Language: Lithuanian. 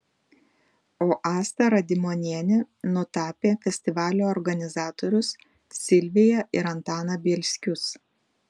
o asta radimonienė nutapė festivalio organizatorius silviją ir antaną bielskius